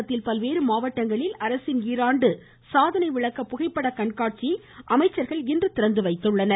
தமிழகத்தில் பல்வேறு மாவட்டங்களில் அரசின் ஈராண்டு சாதனை விளக்க புகைப்பட கண்காட்சியை அமைச்சர்கள் இன்று திறந்து வைத்தனர்